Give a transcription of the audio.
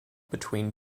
between